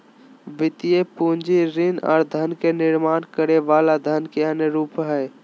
वित्तीय पूंजी ऋण आर धन के निर्माण करे वला धन के अन्य रूप हय